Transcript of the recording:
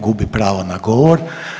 Gubi pravo na govor.